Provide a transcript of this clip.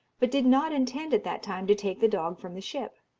but did not intend at that time to take the dog from the ship